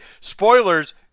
Spoilers